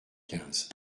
quinze